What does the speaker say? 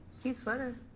cute sweater.